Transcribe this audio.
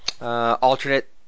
Alternate